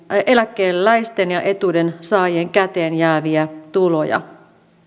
eläkeläisten ja etuudensaajien käteenjääviä tuloja